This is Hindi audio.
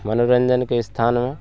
मनोरंजन के स्थान हैं